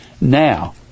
Now